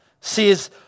says